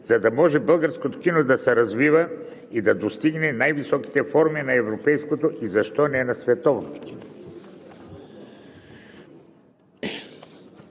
за да може българското кино да се развива и да достигне най-високите форми на европейското, а защо не и на световното кино.